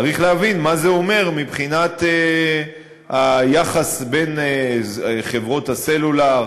צריך להבין מה זה אומר מבחינת היחס בין חברות הסלולר